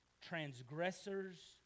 transgressors